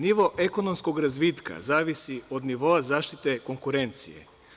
Nivo ekonomskog razvitka zavisi od nivoa zaštite konkurencije.